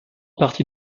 partie